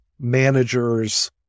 manager's